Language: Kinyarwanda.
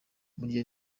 burya